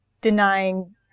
denying